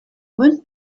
when